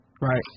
right